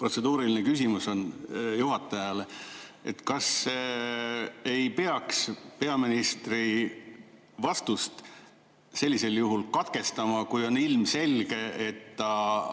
protseduuriline küsimus juhatajale: kas ei peaks peaministri vastust sellisel juhul katkestama, kui on ilmselge, et ta